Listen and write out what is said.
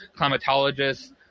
climatologists